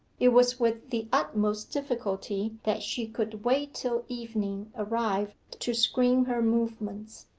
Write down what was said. it was with the utmost difficulty that she could wait till evening arrived to screen her movements.